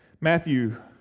Matthew